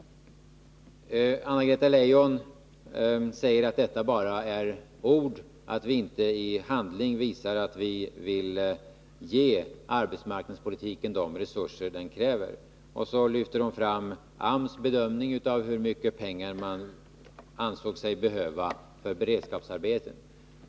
Anna-Greta Leijon säger att detta bara är ord, att vi inte i handling visar att vi vill ge arbetsmarknadspolitiken de resurser den kräver. Hon lyfter fram AMS bedömning av hur mycket pengar man ansåg sig behöva för beredskapsarbeten.